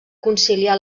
conciliar